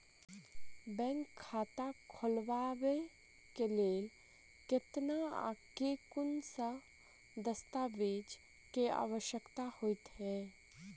Bank खाता खोलबाबै केँ लेल केतना आ केँ कुन सा दस्तावेज केँ आवश्यकता होइ है?